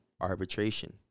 arbitration